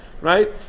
Right